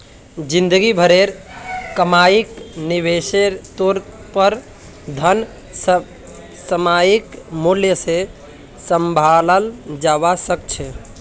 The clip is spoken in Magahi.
जिंदगी भरेर कमाईक निवेशेर तौर पर धन सामयिक मूल्य से सम्भालाल जवा सक छे